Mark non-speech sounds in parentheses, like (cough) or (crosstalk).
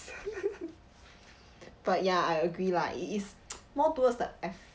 (laughs) but ya I agree lah it is (noise) more towards the effort